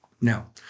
Now